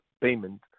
payment